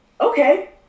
okay